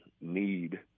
need